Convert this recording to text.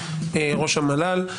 ראש המל"ל,